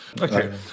Okay